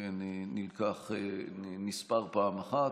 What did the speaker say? נספר פעם אחת.